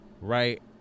Right